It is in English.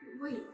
Wait